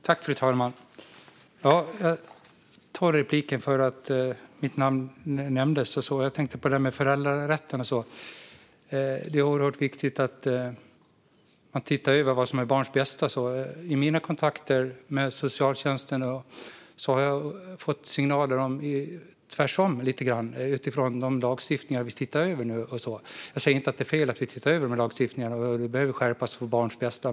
Fru talman! Jag tar replik för att mitt namn nämndes; jag tänker på föräldrarätten, som är oerhört viktig när man tittar över vad som är barns bästa. Utifrån den lagstiftning som vi tittar över nu har jag i mina kontakter med socialtjänsten fått signaler som går lite tvärsom. Jag säger inte att det är fel att vi tittar över den här lagstiftningen, för den behöver skärpas för barns bästa.